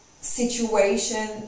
situation